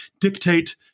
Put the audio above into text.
dictate